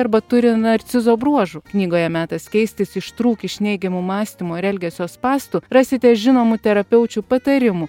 arba turi narcizo bruožų knygoje metas keistis ištrūk iš neigiamų mąstymo ir elgesio spąstų rasite žinomų terapeučių patarimų